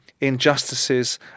injustices